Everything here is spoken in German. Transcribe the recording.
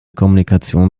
kommunikation